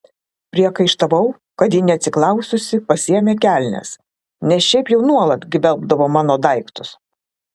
priekaištavau kad ji neatsiklaususi pasiėmė kelnes nes šiaip jau nuolat gvelbdavo mano daiktus